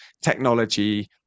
technology